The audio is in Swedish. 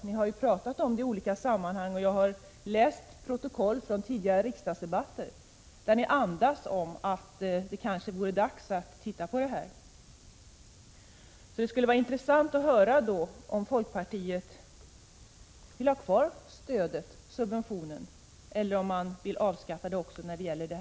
Ni har ju talat om detta i olika sammanhang, och jag har läst protokoll från tidigare riksdagsdebatter där ni antyder att det kanske vore dags att se på detta. Det skulle alltså vara intressant att höra om folkpartiet vill ha kvar livsmedelssubventionen eller om man vill avskaffa den också i det här fallet.